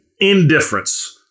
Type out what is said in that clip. indifference